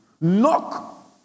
Knock